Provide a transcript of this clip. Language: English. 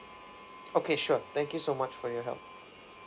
okay sure thank you so much for your help